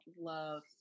love